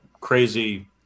crazy